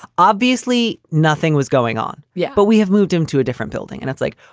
obviously nothing was going on. yeah, but we have moved him to a different building and it's like,